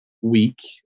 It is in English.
week